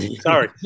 Sorry